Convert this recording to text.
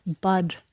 bud